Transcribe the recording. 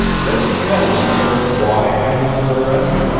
that you tell me, first, why i am under arrest?